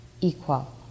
equal